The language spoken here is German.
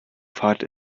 fahrt